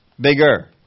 Bigger